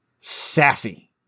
sassy